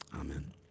Amen